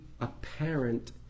apparent